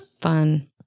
Fun